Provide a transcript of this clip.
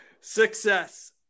Success